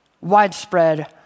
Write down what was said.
widespread